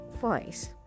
voice